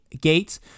gates